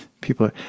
people